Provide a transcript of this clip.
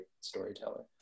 storyteller